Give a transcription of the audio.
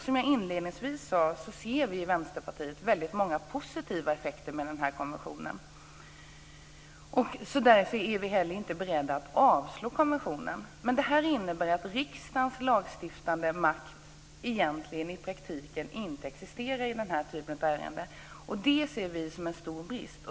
Som jag inledningsvis sade, ser vi i Vänsterpartiet väldigt många positiva effekter med den här konventionen. Därför är vi heller inte beredda att avslå konventionen. Det här innebär att riksdagens lagstiftande makt egentligen i praktiken inte existerar i den här typen av ärenden. Det ser vi som en stor brist.